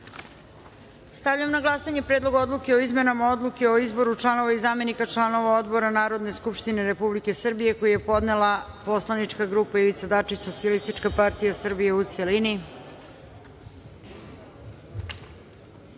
odluke. Stavljam na glasanje Predlog odluke o izmenama odluke o izboru članova i zamenika članova odbora Narodne skupštine Republike Srbije koji je podnela poslanička grupa Ivica Dačić - SPS, u celini. Molim